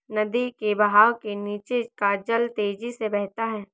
नदी के बहाव के नीचे का जल तेजी से बहता है